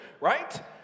right